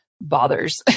bothers